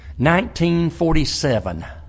1947